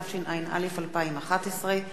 התשע”א 2011,